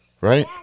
right